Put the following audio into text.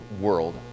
world